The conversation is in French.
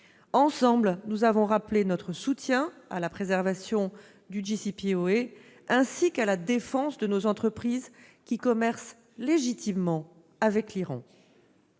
Ensemble, nous avons rappelé notre soutien à la préservation du, ou JCPOA, ainsi qu'à la défense de nos entreprises qui commercent légitimement avec l'Iran.